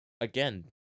again